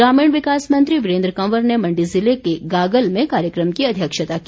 ग्रामीण विकास मंत्री वीरेन्द्र कंवर ने मण्डी ज़िले के गागल में कार्यक्रम की अध्यक्षता की